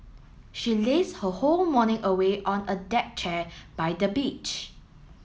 she lazed her whole morning away on a deck chair by the beach